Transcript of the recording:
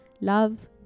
love